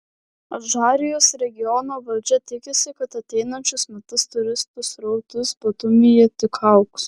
adžarijos regiono valdžia tikisi kad ateinančius metus turistų srautas batumyje tik augs